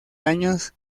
años